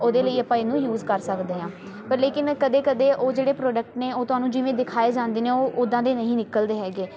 ਉਹਦੇ ਲਈ ਆਪਾਂ ਇਹਨੂੰ ਯੂਜ ਕਰ ਸਕਦੇ ਹਾਂ ਪਰ ਲੇਕਿਨ ਕਦੇ ਕਦੇ ਉਹ ਜਿਹੜੇ ਪ੍ਰੋਡਕਟ ਨੇ ਉਹ ਤੁਹਾਨੂੰ ਜਿਵੇਂ ਦਿਖਾਏ ਜਾਂਦੇ ਨੇ ਉਹ ਉੱਦਾਂ ਦੇ ਨਹੀਂ ਨਿਕਲਦੇ ਹੈਗੇ